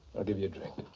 i'll give you a drink.